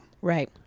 Right